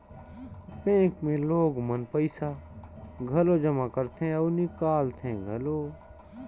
bank मे लोग मन पइसा घलो जमा करथे अउ निकालथें घलो